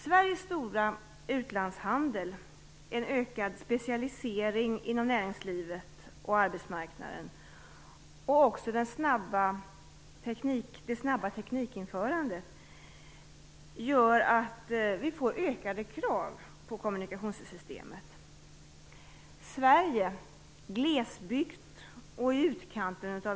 Sveriges stora utlandshandel, en ökad specialisering inom näringslivet och arbetsmarknaden och också det snabba teknikinförandet gör att vi får ökade krav på kommunikationssystemet.